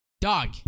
dog